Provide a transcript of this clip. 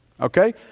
Okay